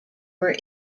were